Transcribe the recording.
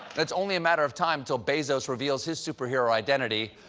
it's only a matter of time till bezos reveals his superhero identity,